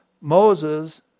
Moses